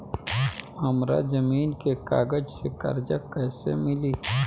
हमरा जमीन के कागज से कर्जा कैसे मिली?